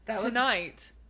tonight